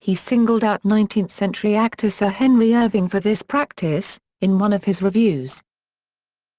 he singled out nineteenth century actor sir henry irving for this practice, in one of his reviews